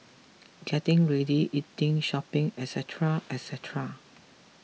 getting ready eating shopping etcetera etcetera